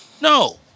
No